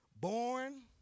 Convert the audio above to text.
born